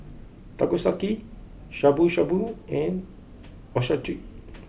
Takoyaki Shabu Shabu and Ochazuke